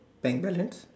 bank balance